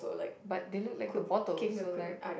but they look like the bottle so like